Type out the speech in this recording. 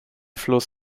fluss